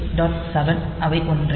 7 அவை ஒன்றே